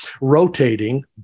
rotating